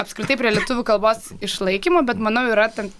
apskritai prie lietuvių kalbos išlaikymo bet manau yra ten